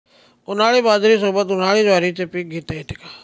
उन्हाळी बाजरीसोबत, उन्हाळी ज्वारीचे पीक घेता येते का?